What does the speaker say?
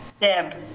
Deb